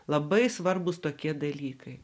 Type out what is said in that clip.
labai svarbūs tokie dalykai